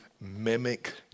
mimic